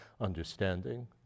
understanding